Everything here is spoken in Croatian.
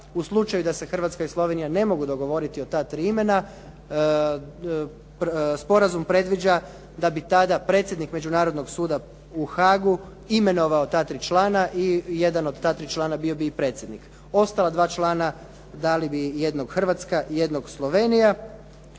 U slučaju da se Hrvatska i Slovenija ne mogu dogovoriti o ta tri imena, sporazum predviđa da bi tada predsjednik Međunarodnog suda u Haagu imenovao ta tri člana, i jedan od ta tri člana bio bi i predsjednik. Ostala dva člana dali bi jednog Hrvatska i jednog Slovenija.